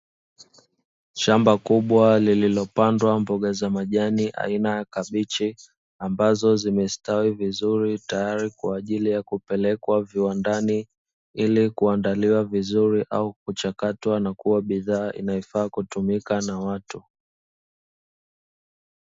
Shamba kubwa lililopandwa mboga za majani aina ya kabichi ambazo zimestawi vizuri tayari kwa ajili ya kupelekwa viwandani ili kuandaliwa vizuri au kuchakatwa na kuwa bidhaa inayofaa kutumika na watu.